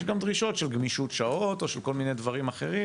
יש גם דרישות של גמישות שעות או של כל מיני דברים אחרים,